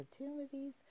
opportunities